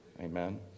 amen